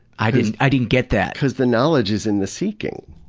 i didn't i didn't get that. because the knowledge is in the seeking.